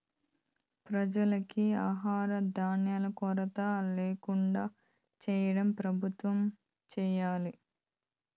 ప్రజలందరికీ ఆహార ధాన్యాల కొరత ల్యాకుండా చేయటం ప్రభుత్వం చేయాలి